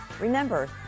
Remember